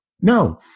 No